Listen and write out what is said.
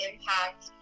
impact